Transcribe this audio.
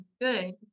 good